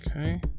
Okay